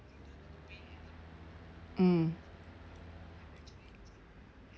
mm